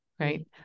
Right